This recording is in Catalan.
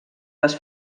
les